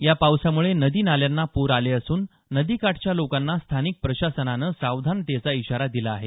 या पावसामुळे नदी नाल्यांना पूर आले असून नदी काठच्या लोकांना स्थानिक प्रशासनानं सावधानतेचा इशारा दिला आहे